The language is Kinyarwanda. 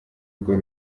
urwo